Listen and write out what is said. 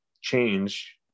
change